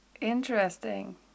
interesting